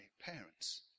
parents